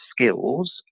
skills